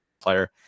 player